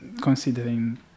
considering